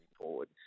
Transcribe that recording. forward